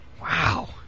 Wow